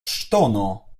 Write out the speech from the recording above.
ŝtono